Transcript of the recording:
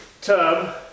tub